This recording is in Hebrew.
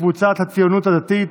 קבוצת סיעת הציונות הדתית: